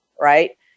right